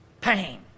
pain